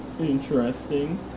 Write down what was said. Interesting